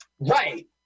Right